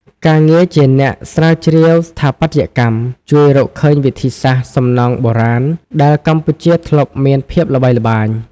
ការងារជាអ្នកស្រាវជ្រាវស្ថាបត្យកម្ម ជួយរកឃើញវិធីសាស្ត្រសំណង់បុរាណដែលកម្ពុជាធ្លាប់មានភាពល្បីល្បាញ។